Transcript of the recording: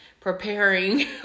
preparing